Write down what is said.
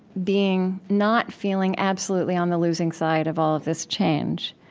being not feeling absolutely on the losing side of all of this change,